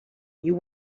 you